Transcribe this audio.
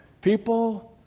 people